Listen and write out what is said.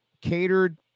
catered